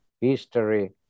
history